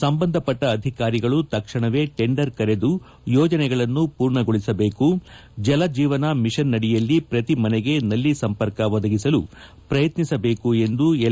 ಸಂಬಂಧಪಟ್ಟ ಅಧಿಕಾರಿಗಳು ತಕ್ಷಣವೇ ಟೆಂಡರ್ ಕರೆದು ಯೋಜನೆಗಳನ್ನು ಪೂರ್ಣಗೊಳಿಸಬೇಕು ಜಲಜೀವನ ಮೀಷನ್ನಡಿಯಲ್ಲಿ ಪ್ರತಿ ಮನೆಗೆ ನಲ್ಲಿ ಸಂಪರ್ಕ ಒದಗಿಸಲು ಪ್ರಯತ್ನಿಸಬೇಕು ಎಂದು ಎಲ್